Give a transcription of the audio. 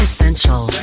Essential